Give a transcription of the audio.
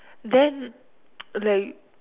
then like